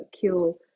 kill